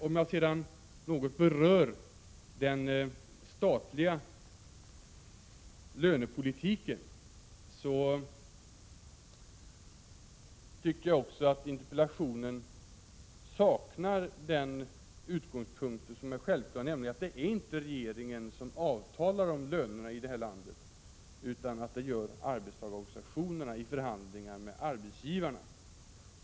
Om jag sedan något skall beröra den statliga lönepolitiken, tycker jag att interpellationen också saknar den självklara utgångspunkten, nämligen att det inte är regeringen som avtalar om lönerna i det här landet. Det gör arbetstagarorganisationerna i förhandlingar med arbetsgivarna.